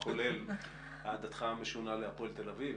כולל אהדתך המשונה להפועל תל אביב.